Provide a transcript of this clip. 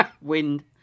Wind